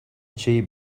cheap